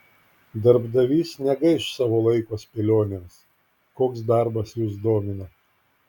darbdavys negaiš savo laiko spėlionėms koks darbas jus domina